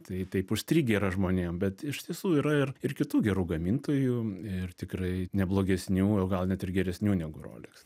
tai taip užstrigę yra žmonėm bet iš tiesų yra ir kitų gerų gamintojų ir tikrai ne blogesnių o gal net ir geresnių negu roleks